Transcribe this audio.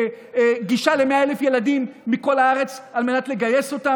גישה ל-100,000 ילדים מכל הארץ על מנת לגייס אותם,